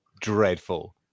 dreadful